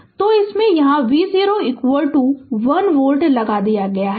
Refer Slide Time 0441 तो इसमें यहाँ V01 वोल्ट लगा दिया है